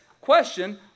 question